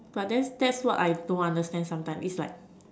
but then that's what I don't understand sometimes is like